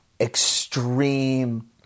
extreme